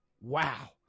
Wow